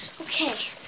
Okay